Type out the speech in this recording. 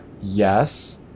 yes